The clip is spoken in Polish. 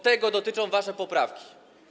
Tego dotyczą wasze poprawki.